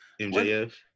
MJF